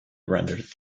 rendered